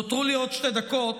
נותרו לי עוד שתי דקות,